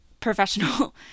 Professional